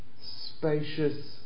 spacious